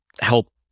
help